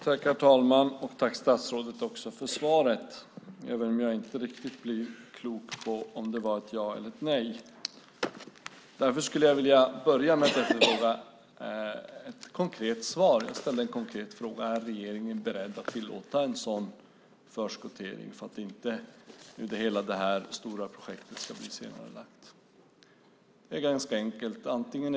Herr talman! Jag tackar statsrådet för svaret även om jag inte blir riktigt klok på om det var ett ja eller ett nej. Därför skulle jag vilja börja med att efterfråga ett konkret svar. Jag ställde en konkret fråga, nämligen om regeringen är beredd att tillåta en förskottering för att inte hela det stora projektet ska bli senarelagt. Det är ganska enkelt att svara på.